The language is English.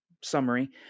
summary